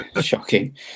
Shocking